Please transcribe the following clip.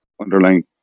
underlying